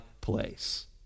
place